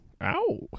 Ow